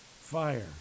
fire